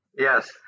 Yes